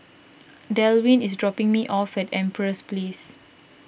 Delwin is dropping me off at Empress Place